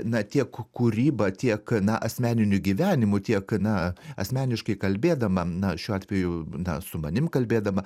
na tiek kūryba tiek na asmeniniu gyvenimu tiek na asmeniškai kalbėdama na šiuo atveju na su manim kalbėdama